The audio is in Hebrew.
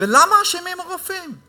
ולמה הרופאים אשמים?